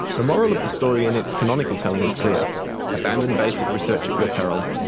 the moral of the story in its canonical telling is clear abandon basic research at your peril,